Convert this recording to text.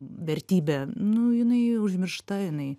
vertybė nu jinai užmiršta jinai